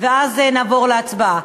ואז נעבור להצבעה.